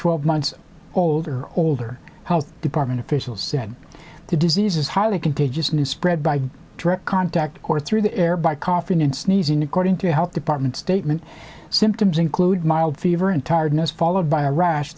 twelve months old or older health department official said the disease is highly contagious and is spread by direct contact or through the air by coughing and sneezing according to the health department statement symptoms include mild fever and tiredness followed by a rash